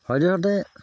সদ্যহতে